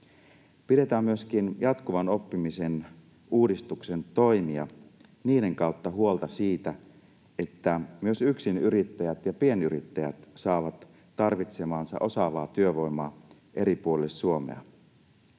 Pidetään myöskin jatkuvan oppimisen uudistuksen toimien kautta huolta siitä, että myös yksinyrittäjät ja pienyrittäjät saavat tarvitsemaansa osaavaa työvoimaa eri puolille Suomea.